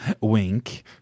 Wink